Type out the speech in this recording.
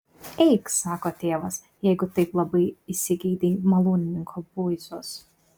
eik sako tėvas jeigu taip labai įsigeidei malūnininko buizos